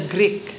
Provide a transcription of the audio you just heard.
Greek